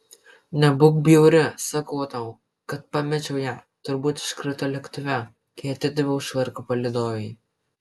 nebūk bjauri sakau tau kad pamečiau ją turbūt iškrito lėktuve kai atidaviau švarką palydovei